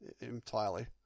entirely